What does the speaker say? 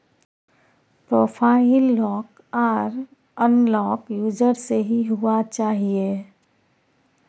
profile lock आर unlock user से ही हुआ चाहिए